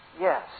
Yes